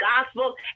gospel